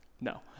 No